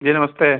जी नमस्ते